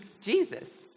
Jesus